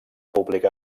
públic